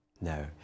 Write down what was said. No